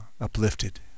uplifted